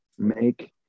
make